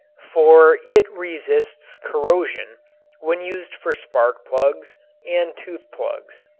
for it resists corrosion when used for spark plugs and tooth plugs.